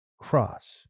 cross